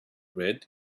red